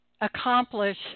accomplish